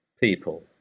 people